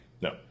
No